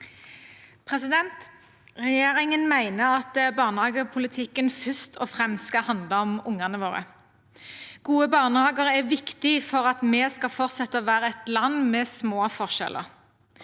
Regjerin- gen mener at barnehagepolitikken først og fremst skal handle om ungene våre. Gode barnehager er viktig for at vi skal fortsette å være et land med små forskjeller.